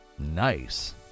Nice